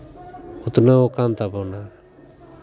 ᱩᱛᱱᱟᱹᱣ ᱟᱠᱟᱱ ᱛᱟᱵᱚᱱᱟ